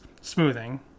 smoothing